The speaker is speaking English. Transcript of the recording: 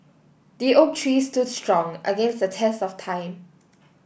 the oak tree stood strong against the test of time